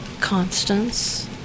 Constance